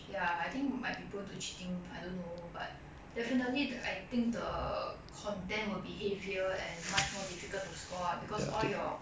ya I think might be prone to cheating I don't know but definitely the I think the content will be heavier and much more difficult to score lah because all your